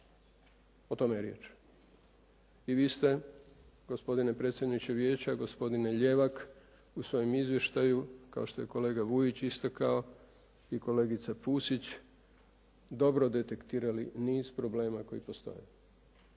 O tome je riječ. I vi ste gospodine predsjedniče vijeća, gospodine Ljevak u svojem izvještaju kao što je kolega Vujić istakao i kolegica Pusić, dobro detektirali niz problema koji postoje.